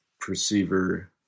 perceiver